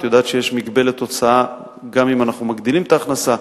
את יודעת שיש מגבלת הוצאה גם אם אנחנו מגדילים את ההכנסה.